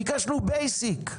ביקשנו בייסיק.